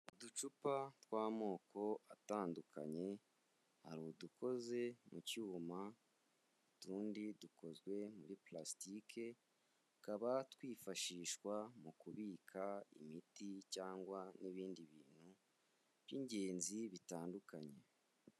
Uducupa tw'amoko atandukanye, hari udukoze mu cyuma utundi dukozwe muri purastike, tukaba twifashishwa mu kubika imiti cyangwa n'ibindi bintu by'ingenzi bitandukanye.